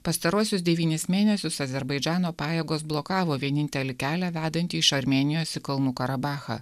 pastaruosius devynis mėnesius azerbaidžano pajėgos blokavo vienintelį kelią vedantį iš armėnijos į kalnų karabachą